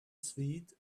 sweet